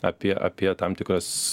apie apie tam tikras